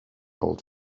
old